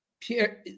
Pierre